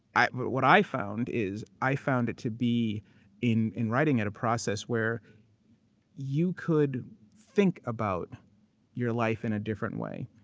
what what i found is i found it to be in in writing at a process where you could think about your life in a different way,